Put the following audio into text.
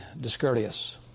discourteous